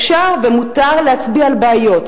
אפשר ומותר להצביע על בעיות,